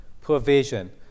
provision